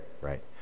right